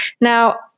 Now